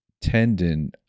tendon